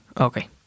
Okay